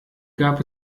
gab